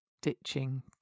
ditching